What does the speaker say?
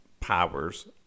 powers